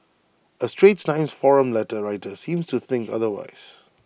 A straits times forum letter writer seems to think otherwise